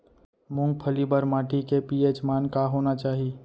मूंगफली बर माटी के पी.एच मान का होना चाही?